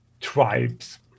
tribes